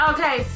Okay